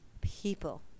People